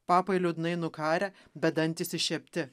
papai liūdnai nukarę bet dantys iššiepti